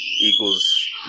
equals